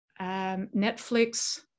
Netflix